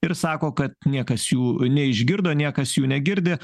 ir sako kad niekas jų neišgirdo niekas jų negirdi